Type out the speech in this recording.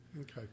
Okay